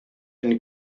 and